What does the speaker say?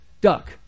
duck